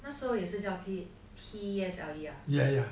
那时候也是叫 P_S_L_E ah